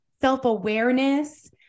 self-awareness